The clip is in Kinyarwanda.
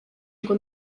ngo